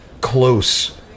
close